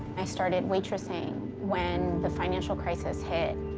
i started waitressing when the financial crisis hit.